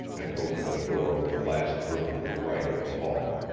and opened the door of the last room on the right of the hall.